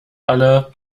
alle